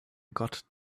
got